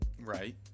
Right